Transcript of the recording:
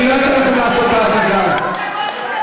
דיון על רצח נשים כשהקואליציה לא פה.